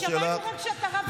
כי שמענו רק שאתה רב עם הרמטכ"ל.